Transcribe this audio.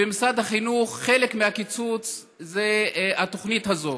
ובמשרד החינוך חלק מהקיצוץ זו התוכנית הזאת.